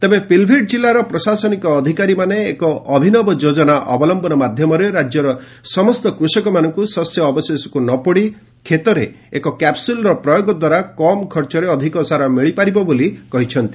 ତେବେ ପିଲ୍ଭିଟ୍ କିଲ୍ଲାର ପ୍ରଶାସନିକ ଅଧିକାରୀମାନେ ଏକ ଅଭିନବ ଯୋଜନା ମାଧ୍ୟମରେ ରାଜ୍ୟର ସମସ୍ତ କୃଷକମାନଙ୍କୁ ଶସ୍ୟ ଅବଶେଷକୁ ନ ପୋଡ଼ି କ୍ଷେତରେ ଏକ କ୍ୟାପ୍ସୁଲ୍ର ପ୍ରୟୋଗଦ୍ୱାରା କମ୍ ଖର୍ଚ୍ଚରେ ଅଧିକ ସାର ମିଳିପାରିବ ବୋଲି କହିଛନ୍ତି